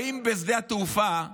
באים בשדה התעופה למפגינים,